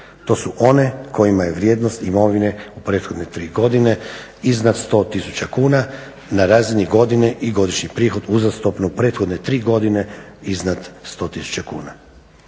To su one kojima je vrijednost imovine u prethodne tri godine iznad 100 tisuća kuna na razini godine i godišnji prihod uzastopno u prethodne tri godine iznad 100 tisuća kuna.